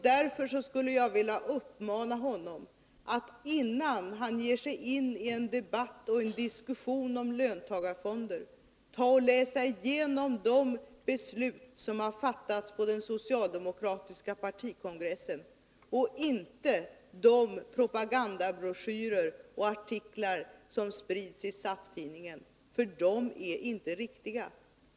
Därför skulle jag vilja uppmana honom att innan han ger sig in i en debatt och en diskussion om löntagarfonder läsa igenom de beslut som fattats vid den socialdemokratiska partikongressen och inte det propagandamaterial som sprids i SAF-tidningen —- uppgifterna där är inte riktiga.